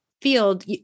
field